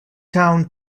town